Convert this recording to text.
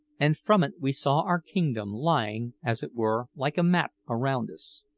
and from it we saw our kingdom lying, as it were, like a map around us.